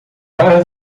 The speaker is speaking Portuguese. bar